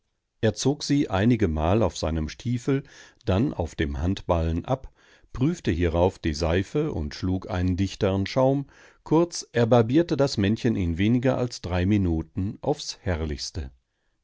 er zog sie einige male auf seinem stiefel dann auf dem handballen ab prüfte hierauf die seife und schlug einen dichtern schaum kurz er barbierte das männchen in weniger als drei minuten aufs herrlichste